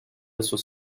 esos